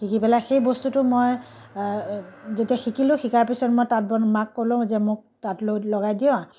শিকি পেলাই সেই বস্তুটো মই যেতিয়া শিকিলোঁ শিকাৰ পিছত মই তাঁত বন মাক ক'লো যে মোক তাঁত লৈ লগাই দিয়া